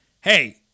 hey